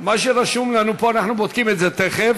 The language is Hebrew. מה שרשום לנו פה, אנחנו בודקים את זה, תכף,